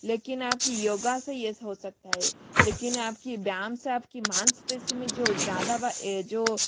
लेकिन आप का योग से ये हो सकता है लेकिन आप का व्यायाम से आप की मांसपेशी में जो ज़्यादा ब ये जो